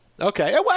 Okay